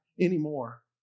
anymore